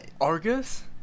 Argus